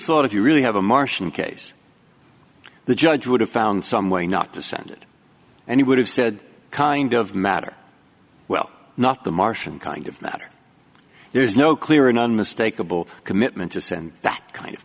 thought if you really have a martian case the judge would have found some way not to send it and he would have said kind of matter well not the martian kind of matter there's no clear and unmistakable commitment to send that kind of